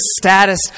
status